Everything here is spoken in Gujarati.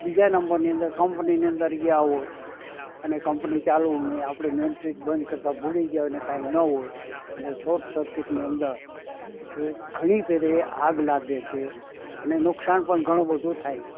બીજા નંબરની અંદર કંપનીની અંદર ગયા હોય અને કંપની ચાલુને આપણે મેઈન સ્વિચ બંધ કરતાં ભૂલી ગયા હોય ને કંઈ ન હોય અને શોર્ટ સર્કિટની અંદર કે ઘણી ફેરે આગ લાગે છે અને નુકસાન પણ ઘણું બધું થાય છે